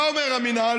מה אומר המינהל?